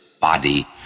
body